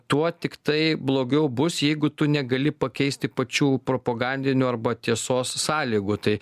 tuo tiktai blogiau bus jeigu tu negali pakeisti pačių propagandinių arba tiesos sąlygų tai